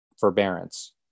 forbearance